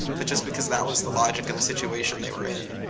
but just because that was the logic of the situation they were in.